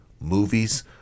movies